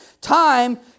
time